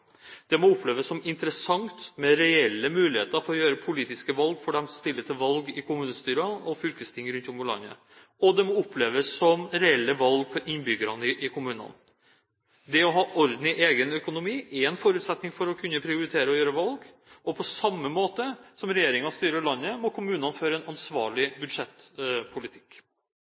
Det må oppleves som interessant, med reelle muligheter for å gjøre politiske valg for de som stiller til valg i kommunestyrer og fylkesting rundt om i landet, og det må oppleves som reelle valg for innbyggerne i kommunene. Det å ha orden i egen økonomi er en forutsetning for å kunne prioritere, gjøre valg. Og på samme måte som regjeringen styrer landet, må kommunene føre en ansvarlig budsjettpolitikk.